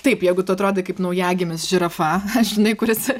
taip jeigu tu atrodai kaip naujagimis žirafa žinai kuris